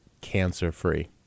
cancer-free